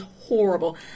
horrible